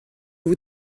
vous